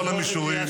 -- בכל המישורים.